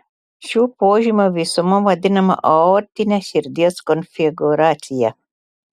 šių požymių visuma vadinama aortine širdies konfigūracija